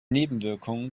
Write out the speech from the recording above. nebenwirkungen